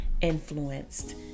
influenced